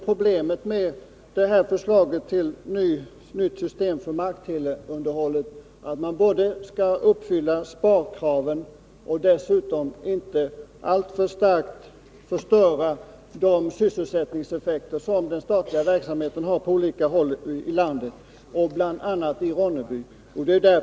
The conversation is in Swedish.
Problemet med förslaget till nytt system för markteleunderhållet är dels att det skall uppfylla sparkraven, dels också att man inte alltför starkt skall förstöra de sysselsättningseffekter som den statliga verksamheten har på olika håll i landet, bl.a. i Ronneby.